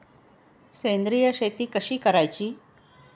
सेंद्रिय शेती कशी करायची?